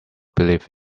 believe